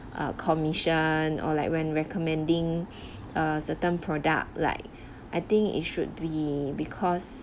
a commission or like when recommending a certain product like I think it should be because